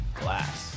glass